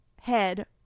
head